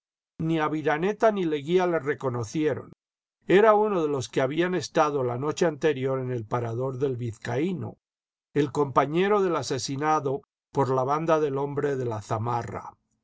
ni aviraneta ni leguía le reconocieron era uno délos que habían estado la noche anterior en el parador del vizcaíno el compañero del asesinado por la banda del hombre de la zamarra